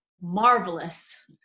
marvelous